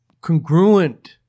congruent